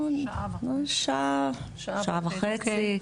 שעה, שעה וחצי.